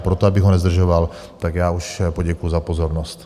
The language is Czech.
A proto, abych nezdržoval, tak já už poděkuji za pozornost.